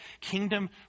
kingdom